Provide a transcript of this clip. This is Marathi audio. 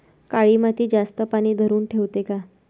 काळी माती जास्त पानी धरुन ठेवते का?